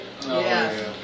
Yes